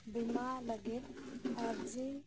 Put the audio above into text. ᱵᱤᱢᱟ ᱞᱟᱜᱤᱜ ᱟᱨ ᱡᱤ